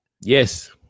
Yes